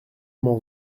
m’en